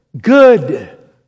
good